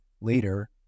later